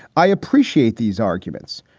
i appreciate these arguments.